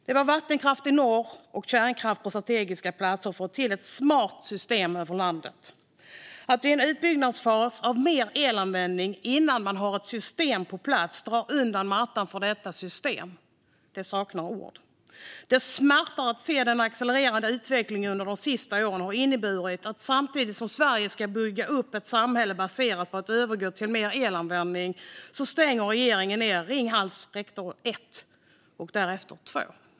Det var vattenkraft i norr och kärnkraft på strategiska platser för att få till ett smart system över landet. Jag saknar ord när man nu i en utbyggnadsfas av mer elanvändning, innan man har ett system på plats drar undan mattan för detta system. Det smärtar att se att den accelererande utvecklingen under de senaste åren har inneburit att samtidigt som Sverige ska bygga upp ett samhälle som är baserat på att övergå till mer elanvändning stänger regeringen ned Ringhals reaktor 1 och därefter 2.